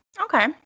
Okay